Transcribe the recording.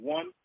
One